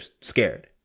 scared